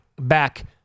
back